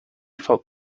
felt